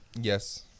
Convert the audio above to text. Yes